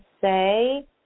say